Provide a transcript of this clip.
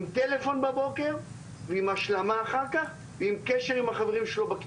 עם טלפון בבוקר ועם השלמה אחר כך ועם קשר עם החברים שלו בכיתה.